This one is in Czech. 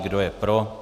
Kdo je pro?